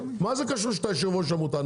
מה זה קשור שאתה יושב ראש עמותה?